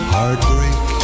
Heartbreak